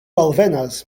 alvenas